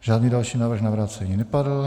Žádný další návrh na vrácení nepadl.